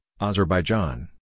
Azerbaijan